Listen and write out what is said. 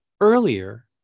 earlier